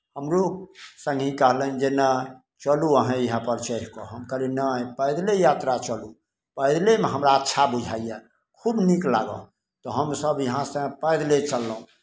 हमरो सङ्गी कहलनि जे नहि चलू अहाँ इएहपर चढ़ि कऽ कहलियै नहि पैदले यात्रा चलू पैदलेमे हमरा अच्छा बुझाइए खूब नीक लागल तऽ हमसभ इहाँसँ पैदले चललहुँ